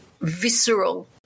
visceral